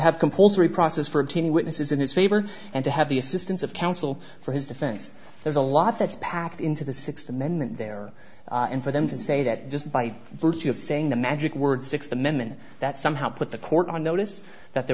have compulsory process for eighteen witnesses in his favor and to have the assistance of counsel for his defense there's a lot that's packed into the sixth amendment there and for them to say that just by virtue of saying the magic word sixth amendment that somehow put the court on notice that there